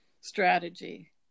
strategy